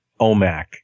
OMAC